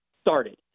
started